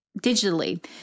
digitally